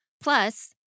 plus